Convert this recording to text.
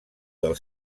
del